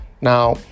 Now